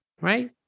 right